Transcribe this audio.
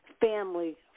family